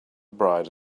bride